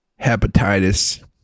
hepatitis